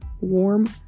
warm